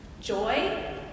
joy